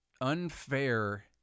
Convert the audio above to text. unfair